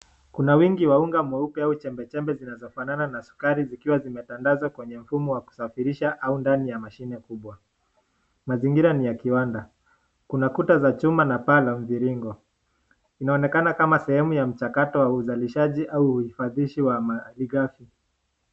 Kuna wingi wa unga mweupe chembe chembe zinazofanana na sukari zikiwa zimetandazwa kwenye mfumo wa kusafirisha au mashine kubwa. Mazingira ni ya kianda kuna kuta za chuma na paa ya mviringo. Inaonekana kama sehemu ya mchakato wa uzalishaji au uhifadhishi wa mali gafi.